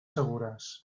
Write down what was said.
segures